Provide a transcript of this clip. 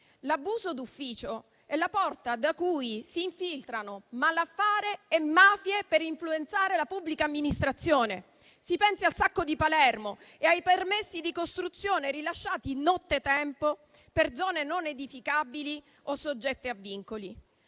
L'abuso d'ufficio è la porta da cui s'infiltrano malaffare e mafie per influenzare la pubblica amministrazione. Si pensi al sacco di Palermo e ai permessi di costruzione rilasciati nottetempo per zone non edificabili o soggette a vincoli.